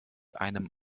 einem